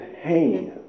hands